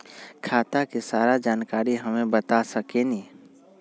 खाता के सारा जानकारी हमे बता सकेनी?